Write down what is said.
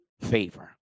favor